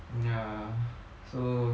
ya so